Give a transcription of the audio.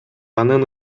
анын